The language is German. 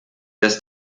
dass